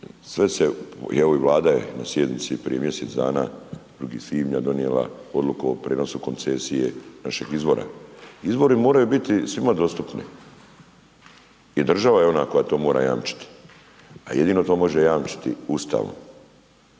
sve se, i ova Vlada je na sjednici prije mjesec dana iz svibnja donijela odluku o prijenosu koncesije našeg izvora. Izvori moraju biti svima dostupni. I država je ona koja to mora jamčiti, a jedino to može jamčiti Ustavom.